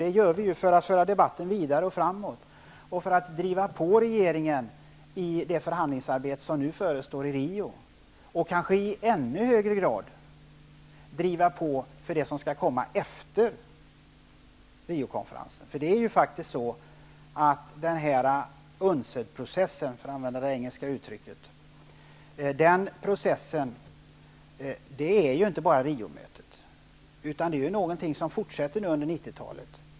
Det gör vi ju för att föra debatten vidare framåt och för att driva på regeringen i det förhandlingsarbete som nu förestår i Rio och kanske i ännu högre grad för att driva på för det som skall komma efter Rio-konferensen. Denna UNCED-process, för att använda det engelska uttrycket, består ju inte bara av Riomötet, utan det är något som fortsätter under 90 talet.